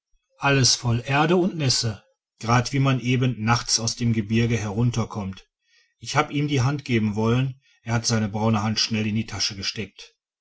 alles voll erde und nässe gerade wie man eben nachts aus dem gebirg herunterkommt ich hab ihm die hand geben wollen er hat seine braune hand schnell in die tasche gesteckt